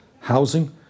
housing